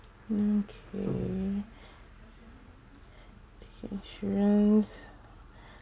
okay insurance